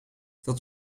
dat